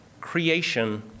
Creation